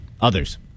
others